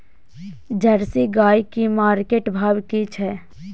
Jersey गाय की market भाव की छै?